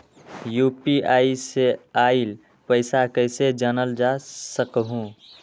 UPI से आईल पैसा कईसे जानल जा सकहु?